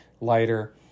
lighter